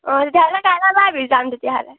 অঁ তেতিয়াহ'লে কাইলৈ ওলাবি যাম তেতিয়াহ'লে